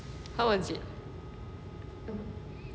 how was it